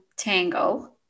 Tango